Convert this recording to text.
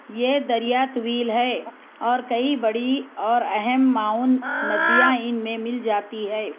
یہ دریا طویل ہے اور کئی بڑی اور اہم معاون ندیاں ان میں مل جاتی ہے